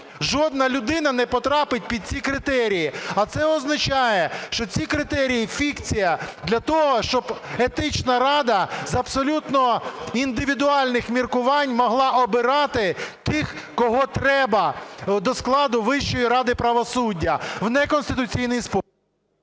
жодна людина не потрапить під ці критерії. А це означає, що ці критерії – фікція, для того щоб Етична рада з абсолютно індивідуальних міркувань могла обирати тих, кого треба, до складу Вищої ради правосуддя в неконституційний спосіб.